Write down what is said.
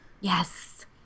Yes